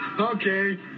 Okay